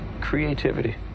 creativity